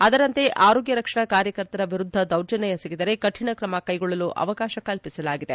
ಅದರಂತೆ ಆರೋಗ್ಯ ರಕ್ಷಣಾ ಕಾರ್ಯಕರ್ತರ ವಿರುದ್ಧ ದೌರ್ಜನ್ಯ ಎಸಗಿದರೆ ಕಠಿಣ ಕ್ರಮ ಕೈಗೊಳ್ಳಲು ಅವಕಾಶ ಕಲ್ಪಿಸಲಾಗಿದೆ